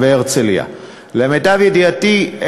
למיטב ידיעתי,